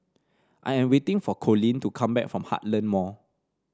I am waiting for Coleen to come back from Heartland Mall